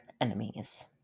enemies